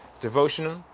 devotional